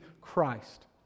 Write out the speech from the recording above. Christ